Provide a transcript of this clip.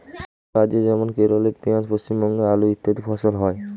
বিভিন্ন রাজ্য যেমন কেরলে পেঁয়াজ, পশ্চিমবঙ্গে আলু ইত্যাদি ফসল হয়